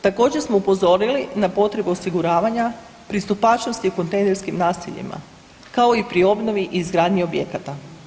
Također smo upozorili na potrebu osiguravanja pristupačnosti kontejnerskim naseljima kao i pri obnovi i izgradnji objekata.